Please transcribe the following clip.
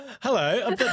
Hello